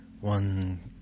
one